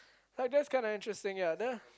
like that's kind of interesting ya duh